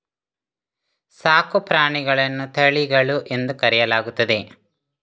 ಸಾಕು ಪ್ರಾಣಿಗಳನ್ನು ತಳಿಗಳು ಎಂದು ಕರೆಯಲಾಗುತ್ತದೆ